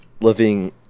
living